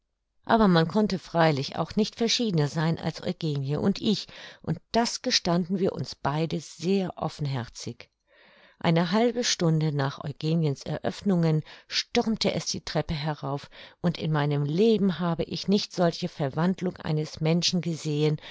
aber man konnte freilich auch nicht verschiedener sein als eugenie und ich und das gestanden wir uns beide sehr offenherzig eine halbe stunde nach eugeniens eröffnungen stürmte es die treppe herauf und in meinem leben habe ich nicht solche verwandlung eines menschen gesehen